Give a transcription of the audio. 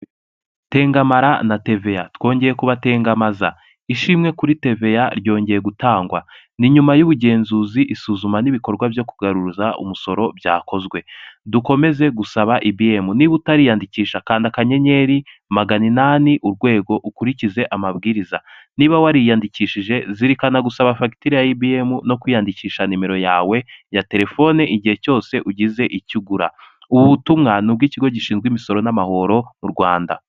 Tengamara na TVA twongeye kubatengamaza ishimwe kuri TVA ryongeye gutangwa! Ni nyuma y'ubugenzuzi, isuzuma n'ibikorwa byo kugaruza umusoro byakozwe. Dukomeze gusaba IBM, niba utariyandikisha kanda akanyeri magana inani urwego ukurikize amabwiriza. Niba wariyandikishije zirikana gusa fagitire IBM no kwiyandikisha nimero yawe ya telefone igihe cyose ugize icyo gura. Ubu butumwa ni ubw'ikigo gishinzwe imisoro n'amahoro mu Rwanda.